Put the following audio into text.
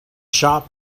shop